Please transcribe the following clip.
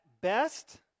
best